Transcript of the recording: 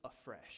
afresh